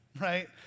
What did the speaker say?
right